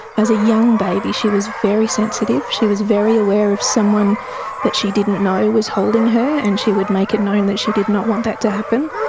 as a young baby she was very sensitive. she was very aware of someone that she didn't know was holding her and she would make it known that she did not want that to happen.